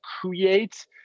create